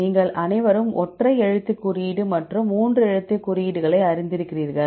நீங்கள் அனைவரும் ஒற்றை எழுத்து குறியீடு மற்றும் 3 எழுத்து குறியீடுகளை அறிந்திருக்கிறீர்கள்